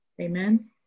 Amen